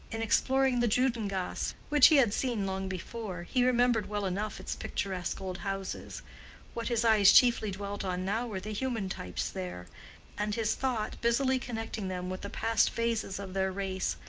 in exploring the juden-gasse, which he had seen long before, he remembered well enough its picturesque old houses what his eyes chiefly dwelt on now were the human types there and his thought, busily connecting them with the past phases of their race,